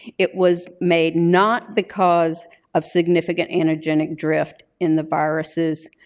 it was made not because of significant antigenic drift in the viruses,